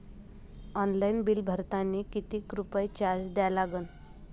Online bill भरतानी कितीक रुपये चार्ज द्या लागन?